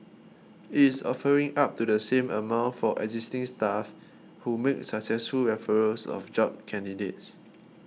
it is offering up to the same amount for existing staff who make successful referrals of job candidates